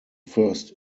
first